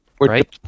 right